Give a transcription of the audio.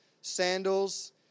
sandals